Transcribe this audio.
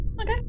Okay